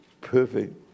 perfect